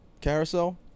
carousel